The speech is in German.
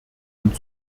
und